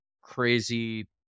crazy